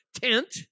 tent